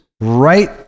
right